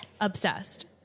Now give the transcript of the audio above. Obsessed